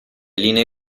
linee